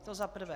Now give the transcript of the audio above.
To za prvé.